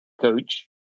coach